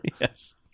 Yes